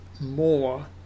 more